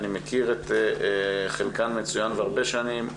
אני מכיר את חלקן מצוין והרבה שנים,